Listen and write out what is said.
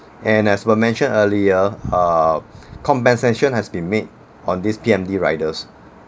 and as were mentioned earlier err compensation has been made on these P_M_D riders